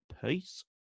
Peace